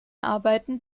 arbeiten